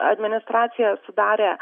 administracija sudarė